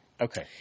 Okay